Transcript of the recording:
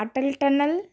Atal tunnel